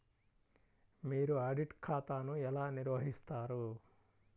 మీరు ఆడిట్ ఖాతాను ఎలా నిర్వహిస్తారు?